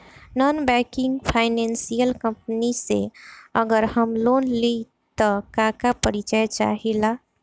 Non banking financial company से अगर हम लोन लि त का का परिचय चाहे ला?